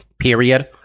period